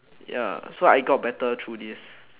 ya so I got better through this